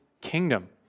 kingdom